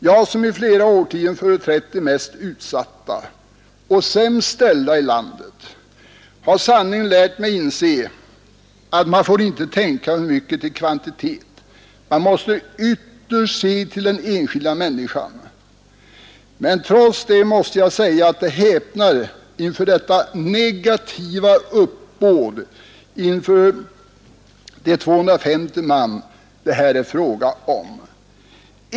Jag, som i flera årtionden företrätt de mest utsatta och sämst ställda i landet, har sannerligen lärt mig inse att man inte får tänka bara i kvantitet — man måste också se till den enskilda människan. Men trots detta måste jag säga att jag häpnar inför detta negativa uppbåd för de 250 man som det här är fråga om.